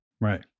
Right